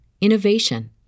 innovation